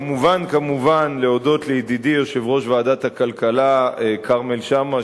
כמובן-כמובן להודות לידידי יושב-ראש ועדת הכלכלה כרמל שאמה,